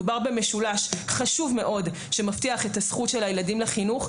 מדובר במשולש חשוב מאוד שמבטיח את הזכות של הילדים לחינוך,